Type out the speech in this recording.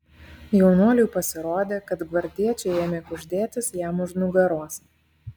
jaunuoliui pasirodė kad gvardiečiai ėmė kuždėtis jam už nugaros